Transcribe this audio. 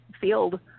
field